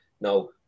Now